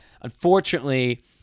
Unfortunately